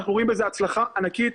אנחנו רואים בזה הצלחה ענקית.